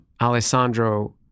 Alessandro